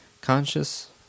Conscious